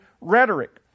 rhetoric